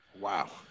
Wow